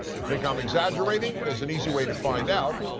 you think i'm exaggerating? there's an easy way to find out!